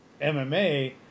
MMA